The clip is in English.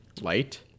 Light